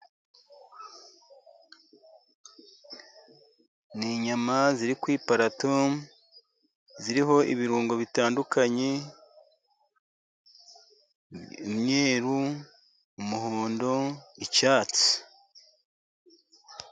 Ni inyama ziri ku iparato, ziriho ibirungo bitandukanye, umweru, umuhondo, icyatsi.